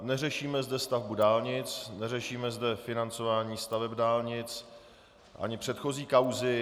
Neřešíme zde stavbu dálnic, neřešíme zde financování staveb dálnic ani předchozí kauzy.